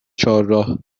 چهارراه